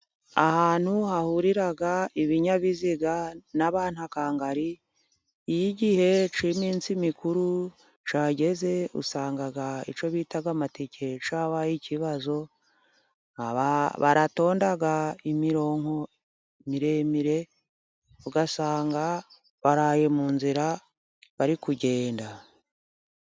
Ahantu hahurira ibinyabiziga n’abantu akangari， iyo igihe k'iminsi mikuru cyageze，usanga icyo bita amatike yabaye ikibazo， baratonda imirongo miremire， ugasanga baraye mu nzira，bari kugenda.